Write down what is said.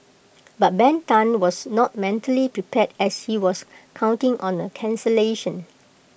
but Ben Tan was not mentally prepared as he was counting on A cancellation